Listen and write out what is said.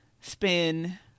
spin